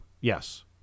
Yes